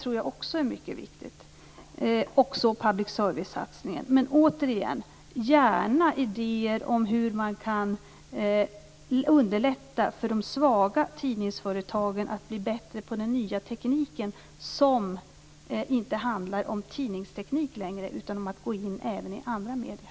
Också detta är mycket viktigt, liksom public service-satsningen. Återigen: Jag tar gärna emot idéer om hur man kan underlätta för de svaga tidningsföretagen att bli bättre på den nya tekniken som inte längre handlar om tidningsteknik utan om att gå in även i andra medier.